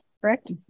Correct